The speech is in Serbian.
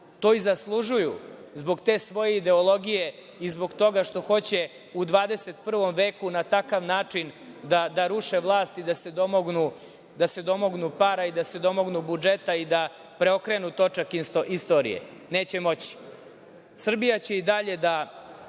to i zaslužuju zbog te svoje ideologije i zbog toga što hoće u 21. veku na takav način da ruše vlast i da se domognu para i da se domognu budžeta i da preokrenu točak istorije. Neće moći. Srbija će i dalje da